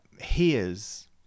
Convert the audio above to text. hears